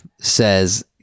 says